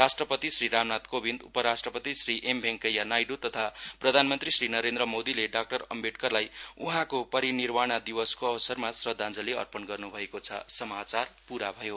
राष्टपति श्री रामनाथ कोविन्द उपराष्ट्रपति श्री एम भेङकैया नाइडु तथा प्रधानमन्त्री श्री नरेन्द्र मोदीले डाक्टर अमबेडकरलाई उहाँको महापरिनिर्वाण दिवसको अवसरमा श्रद्धाञ्जली अर्पण गर्नु भयो